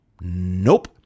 Nope